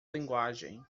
linguagem